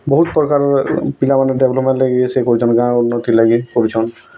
ବହୁତ୍ ପ୍ରକାରର ପିଲାମାନେ ଡେଭ୍ଲପ୍ମେଣ୍ଟ୍ ଲାଗି ସେ କରୁଛନ୍ ଉନ୍ନତି ଲାଗି କରୁଛନ୍